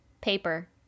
Paper